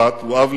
הוא אב לשבעה,